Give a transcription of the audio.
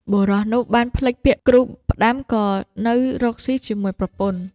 បុរសនោះបានភ្លេចពាក្យគ្រូផ្ដាំ ក៏នៅរកស៊ីជាមួយប្រពន្ធ។